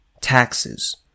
Taxes